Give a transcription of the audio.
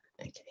Okay